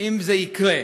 אם זה יקרה,